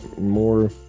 more